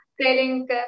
telling